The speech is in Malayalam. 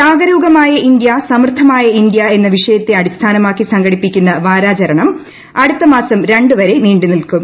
ജാഗരൂകമായ ഇന്ത്യ സമൃദ്ധമായ ഇന്ത്യ എന്ന വിഷയത്തെ അടിസ്ഥാനമാക്കി സംഘടിപ്പിക്കുന്ന വാരാചരണം അടുത്തമാസം രണ്ട് വരെ നീണ്ടുനിൽക്കും